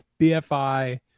BFI